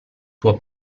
tuo